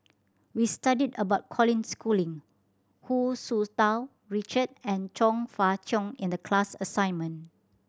we studied about Colin Schooling Hu Tsu Tau Richard and Chong Fah Cheong in the class assignment